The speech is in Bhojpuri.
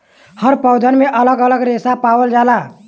हर पौधन में अलग अलग रेसा पावल जाला